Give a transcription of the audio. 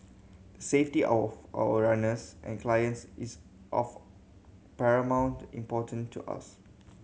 the safety of our runners and clients is of paramount importance to us